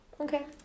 okay